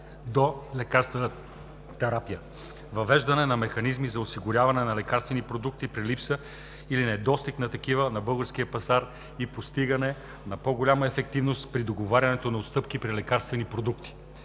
до лекарствена терапия; - въвеждане на механизми за осигуряване на лекарствени продукти при липса или недостиг на такива на българския пазар и постигане на по-голяма ефективност при договарянето на отстъпки при лекарствени продукти;